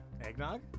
Eggnog